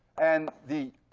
and the.